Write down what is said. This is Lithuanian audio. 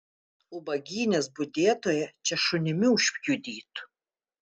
ubagynės budėtoją čia šunimi užpjudytų